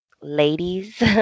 Ladies